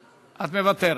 את מוותרת?